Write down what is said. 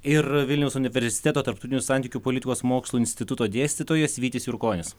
ir vilniaus universiteto tarptautinių santykių politikos mokslų instituto dėstytojas vytis jurkonis